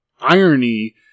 irony